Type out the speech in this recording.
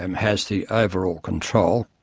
and has the overall control.